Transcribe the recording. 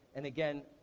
and again,